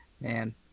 Man